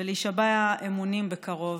ולהישבע אמונים בקרוב.